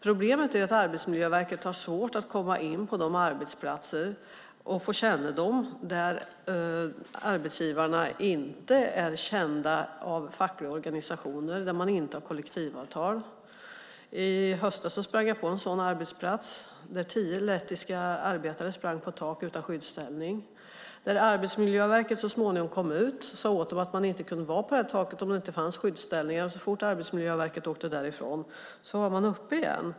Problemet är att Arbetsmiljöverket har svårt att komma in och få kännedom på de arbetsplatser där arbetsgivarna inte är kända av fackliga organisationer, där man inte har kollektivavtal. I höstas stötte jag på en sådan arbetsplats där tio lettiska arbetare sprang på ett tak utan skyddsställning. Arbetsmiljöverket kom så småningom ut och sade åt dem att de inte kunde vara på taket om det inte fanns skyddsställningar, men så fort Arbetsmiljöverket hade åkt därifrån var de uppe igen.